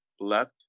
left